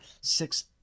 six